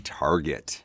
target